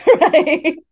right